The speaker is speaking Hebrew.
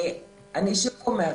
אני שוב אומרת,